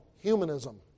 humanism